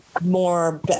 more